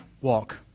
walk